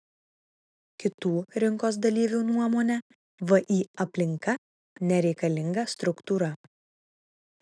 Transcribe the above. kitų rinkos dalyvių nuomone vį aplinka nereikalinga struktūra